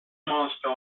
monster